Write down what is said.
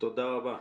תודה רבה.